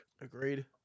Agreed